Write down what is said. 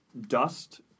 dust